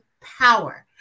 power